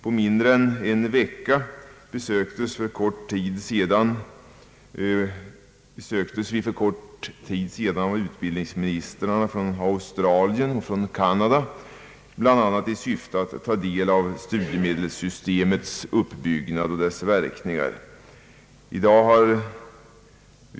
På mindre än en vecka besöktes vi för kort tid sedan av utbildningsministrarna från Australien och Canada bland annat i syfte att ta del av studiemedelssystemets uppbyggnad och verkningar.